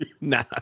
Nah